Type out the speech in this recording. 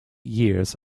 years